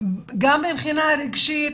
גם מבחינה רגשית,